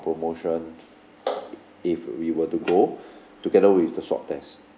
promotion if we were to go together with the swab test